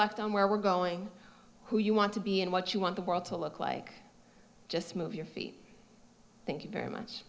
ct on where we're going to you want to be and what you want the world to look like just move your feet thank you very much